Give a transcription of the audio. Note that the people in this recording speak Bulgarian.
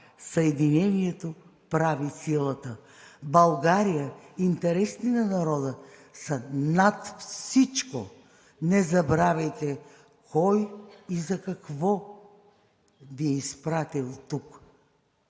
„Съединението прави силата“. България и интересите на народа са над всичко! Не забравяйте кой и за какво Ви е изпратил тук!